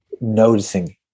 noticing